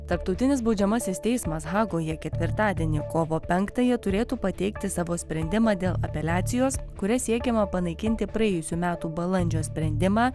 tarptautinis baudžiamasis teismas hagoje ketvirtadienį kovo penktąją turėtų pateikti savo sprendimą dėl apeliacijos kuria siekiama panaikinti praėjusių metų balandžio sprendimą